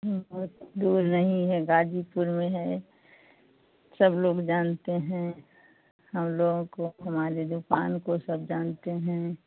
बहुत दूर नहीं है गाज़ीपुर में है सबलोग जानते हैं हमलोगों को हमारी दुकान को सब जानते हैं